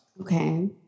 Okay